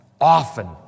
often